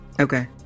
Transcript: okay